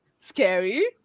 scary